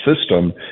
system